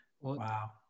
wow